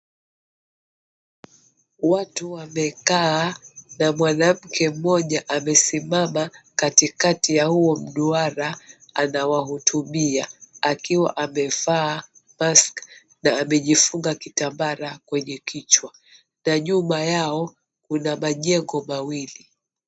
Watu wamekaa na mwanamke mmoja amesimama katikati ya huo mduara anawahotubia akiwa amevaa mask na amejifunga kitambara kwenye kichwa na nyuma yao kuna majengo mawili.